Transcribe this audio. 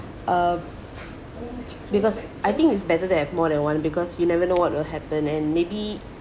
uh because I think it's better to have more than one because you never know what will happen and maybe